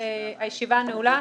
הישיבה נעולה.